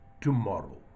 tomorrow